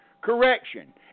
correction